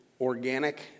organic